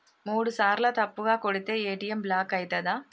మూడుసార్ల తప్పుగా కొడితే ఏ.టి.ఎమ్ బ్లాక్ ఐతదా?